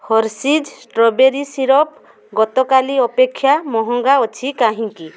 Hershey's strawberry syrup ଗତକାଲି ଅପେକ୍ଷା ମହଙ୍ଗା ଅଛି କାହିଁକି